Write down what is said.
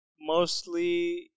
Mostly